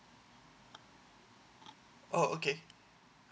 oh okay